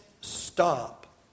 stop